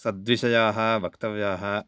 सद्विषयाः वक्तव्याः